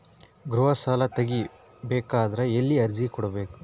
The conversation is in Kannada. ಗೃಹ ಸಾಲಾ ತಗಿ ಬೇಕಾದರ ಎಲ್ಲಿ ಅರ್ಜಿ ಕೊಡಬೇಕು?